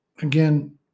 again